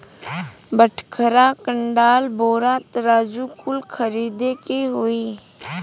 बटखरा, कंडाल, बोरा, तराजू कुल खरीदे के होई